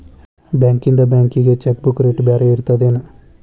ಬಾಂಕ್ಯಿಂದ ಬ್ಯಾಂಕಿಗಿ cheque book rate ಬ್ಯಾರೆ ಇರ್ತದೇನ್